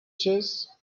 chess